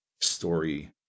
story